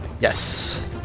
Yes